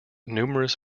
numerous